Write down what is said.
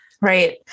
right